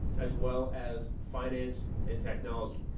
as well as finance and technology,